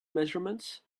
measurements